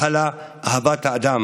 הכלה, אהבת האדם.